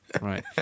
Right